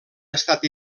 estat